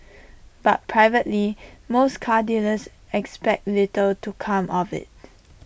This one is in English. but privately most car dealers expect little to come of IT